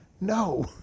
No